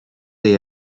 they